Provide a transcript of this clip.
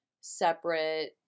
separate